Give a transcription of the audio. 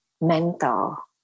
mental